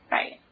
Right